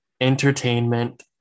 entertainment